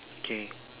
okay